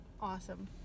awesome